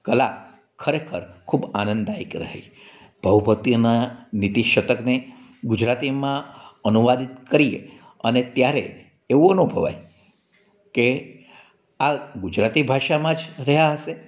કલા ખરેખર ખૂબ આનંદદાયક રહી ભ્ઉપત્યના નીતિશતકને ગુજરાતીમાં અનુવાદિત કરીએ અને ત્યારે એવું અનુભવાય કે આ ગુજરાતી ભાષામાં જ રહ્યા હશે